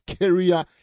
career